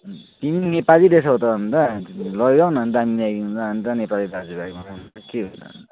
तिमी नि नेपाली रहेछौ त अन्त लैजाऊ न अन्त दाम मिलाइदिउँल अन्त नेपाली दाजुभाइ भनेर अन्त के हो त अन्त